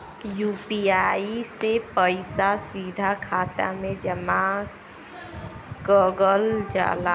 UPI से पइसा सीधा खाते में जमा कगल जाला